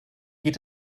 geht